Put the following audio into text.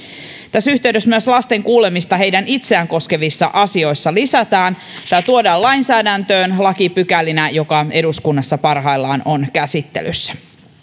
tässä yhteydessä myös lasten kuulemista heitä itseään koskevis sa asioissa lisätään tämä tuodaan lainsäädäntöön lakipykälinä jotka eduskunnassa parhaillaan ovat käsittelyssä